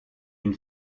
une